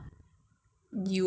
means you have to